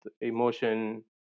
emotion